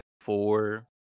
four